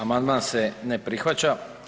Amandman se ne prihvaća.